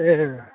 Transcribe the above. ए